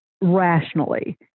rationally